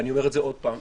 ואני אומר את זה עוד פעם.